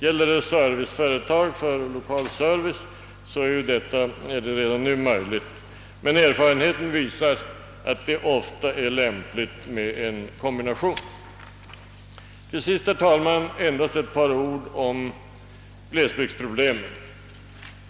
Gäller det serviceföretag för lokal service föreligger möjligheter redan nu, men erfarenheten visar att det ofta är lämpligt med en kombination. Till sist, herr talman, några ord om glesbygdsproblemen.